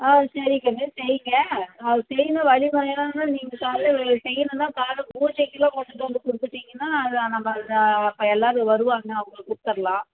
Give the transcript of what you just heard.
ஆ சரி கண்ணு செய்யுங்க அது செய்கிற வழிமுறையெல்லாம் நீங்கள் காலைல வெ செய்யணுன்னால் காலை பூஜைக்குள்ளே கொண்டுட்டுட்டு வந்து கொடுத்துட்டிங்கனா அது நல்லா அப்போ எல்லோரும் வருவாங்க அவங்களுக்கு குடுத்துடுலாம்